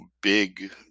big